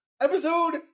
episode